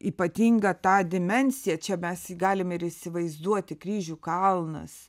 ypatingą tą dimensiją čia mes galim ir įsivaizduoti kryžių kalnas